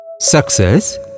Success